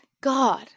God